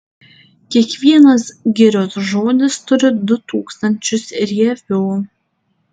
kiekvienas girios žodis turi du tūkstančius rievių